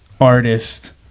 artist